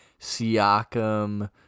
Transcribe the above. Siakam